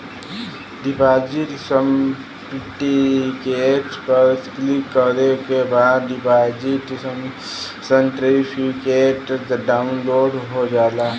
deposit certificate पर click करे के बाद डिपॉजिट सर्टिफिकेट डाउनलोड हो जाला